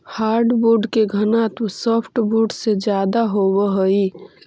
hardwood के घनत्व softwood से ज्यादा होवऽ हइ